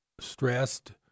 stressed